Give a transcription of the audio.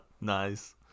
Nice